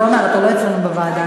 טוב, עמר, אתה לא אצלנו בוועדה.